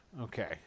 Okay